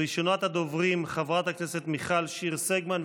ראשונת הדוברים, חברת הכנסת מיכל שיר סגמן.